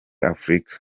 afurika